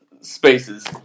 spaces